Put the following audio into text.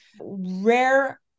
rare